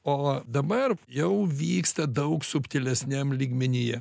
o dabar jau vyksta daug subtilesniam lygmenyje